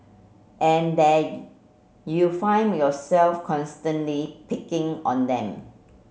and then you find yourself constantly picking on them